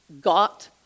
got